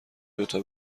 دوتا